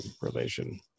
relation